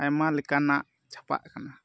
ᱟᱭᱢᱟ ᱞᱮᱠᱟᱱᱟᱜ ᱪᱷᱟᱯᱟᱜ ᱠᱟᱱᱟ